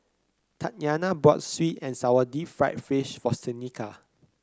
Tatyana bought sweet and sour Deep Fried Fish for Seneca